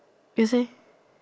you say